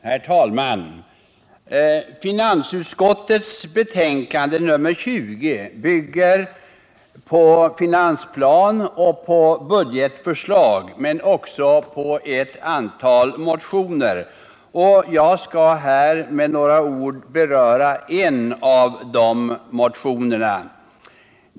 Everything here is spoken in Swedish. Herr talman! Finansutskottets betänkande nr 20 bygger på finansplanen och på budgetförslaget men också på ett antal motioner. Jag skall här med några ord beröra en av de motionerna.